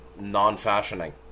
non-fashioning